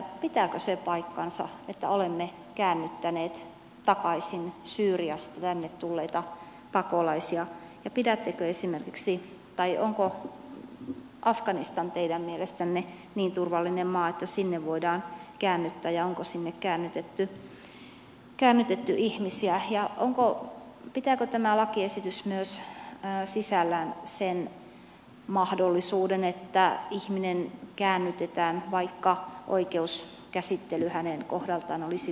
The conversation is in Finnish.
pitääkö se paikkansa että olemme käännyttäneet takaisin syyriasta tänne tulleita pakolaisia ja onko afganistan teidän mielestänne niin turvallinen maa että sinne voidaan käännyttää ja onko sinne käännytetty ihmisiä ja pitääkö tämä lakiesitys myös sisällään sen mahdollisuuden että ihminen käännytetään vaikka oikeuskäsittely hänen kohdaltaan olisi vielä kesken